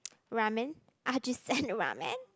ramen Ajisen ramen